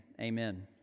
Amen